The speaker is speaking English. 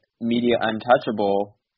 media-untouchable